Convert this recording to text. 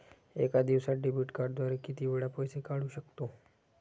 एका दिवसांत डेबिट कार्डद्वारे किती वेळा पैसे काढू शकतो?